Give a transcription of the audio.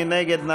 מי נגד?